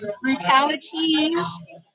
Brutalities